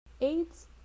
AIDS